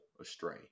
astray